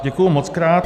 Děkuji mockrát.